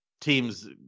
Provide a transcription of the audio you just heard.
teams